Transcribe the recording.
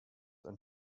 and